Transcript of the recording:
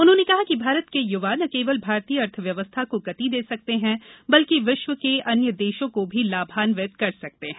उन्होंने कहा कि भारत के युवा न केवल भारतीय अर्थव्यवस्था को गति दे सकते हैं बल्कि विश्व के अन्य देशों को भी लाभान्वित कर सकते हैं